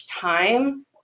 time